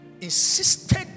Insisted